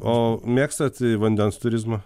o mėgstat vandens turizmą